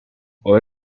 hoy